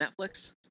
Netflix